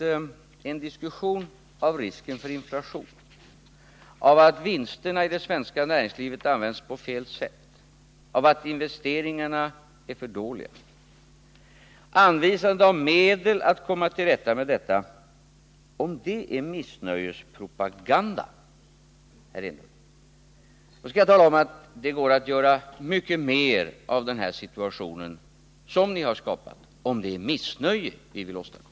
Om en diskussion om risken för inflation, om att vinsterna i det svenska näringslivet används på fel sätt och om att investeringarna är för dåliga och att anvisa medel för att komma till rätta med dessa problem är missnöjespropaganda, Eric Enlund, skall jag tala om att det går att göra mycket mer av den situation som ni har skapat, om det är missnöje vi vill åstadkomma.